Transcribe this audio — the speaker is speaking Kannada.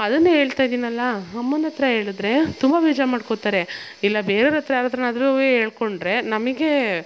ಅದನ್ನೆ ಹೇಳ್ತಾ ಇದೀನಲ್ಲ ಅಮ್ಮನ ಹತ್ರ ಹೇಳ್ದ್ರೆ ತುಂಬ ಬೇಜಾರು ಮಾಡ್ಕೋತಾರೆ ಇಲ್ಲ ಬೇರೆಯವ್ರ ಹತ್ರ ಯಾರ ಹತ್ರನಾದ್ರುವೇ ಹೇಳ್ಕೊಂಡ್ರೆ ನಮಗೇ